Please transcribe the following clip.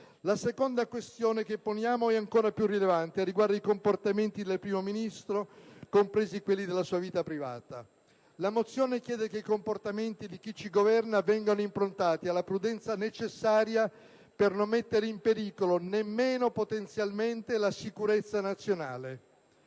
La seconda questione è ancora più rilevante. Riguarda i comportamenti del Primo Ministro, compresi quelli della sua vita privata. La mozione chiede che i comportamenti di chi ci governa vengano improntati alla prudenza necessaria per non mettere in pericolo, nemmeno potenzialmente, la sicurezza nazionale.